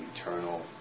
eternal